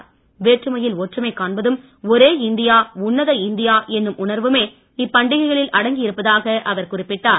இருந்தாலும் வேற்றுமையில் ஒற்றுமை காண்பதும் ஒரே இந்தியா உன்னத இந்தியா எண்ணும் உணர்வுமே இப்பண்டிகைகளில் அடங்கி இருப்பதாக அவர் குறிப்பிட்டார்